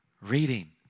reading